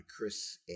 Chris